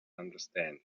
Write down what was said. understand